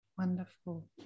Wonderful